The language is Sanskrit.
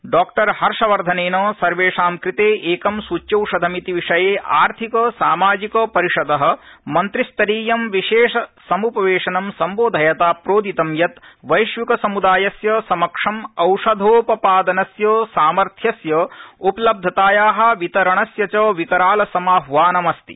डॉ हर्षवर्धनेन सर्वेषां कृते एक ंसुच्यौषधमिति विषये आर्थिक सामाजिक परिषद मन्त्रिस्तरीयं विशेष सम्पवेशनं संबोधयता प्रोदितं यत् वैश्विक समृदायस्य समक्षम औषधोपपादनस्य सामर्थ्यस्य उपलब्धताया वितरणस्य च विकराल समाह्वानमस्ति